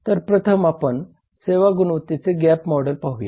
तर प्रथम आपण सेवा गुणवत्तेचे गॅप मॉडेल पाहूया